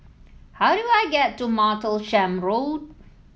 how do I get to Martlesham Road